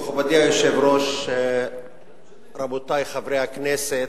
מכובדי היושב-ראש, רבותי חברי הכנסת,